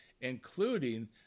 including